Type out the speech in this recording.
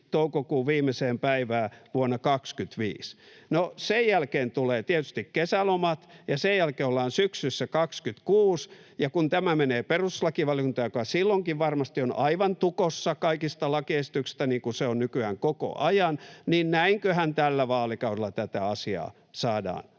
toukokuun viimeiseen päivään vuonna 25. No, sen jälkeen tulevat tietysti kesälomat, ja sen jälkeen ollaan syksyssä 26, ja kun tämä menee perustuslakivaliokuntaan, joka silloinkin varmasti on aivan tukossa kaikista lakiesityksistä niin kuin se on nykyään koko ajan, niin näinköhän tällä vaalikaudella tätä asiaa saadaan